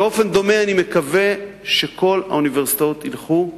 באופן דומה אני מקווה שכל האוניברסיטאות ילכו,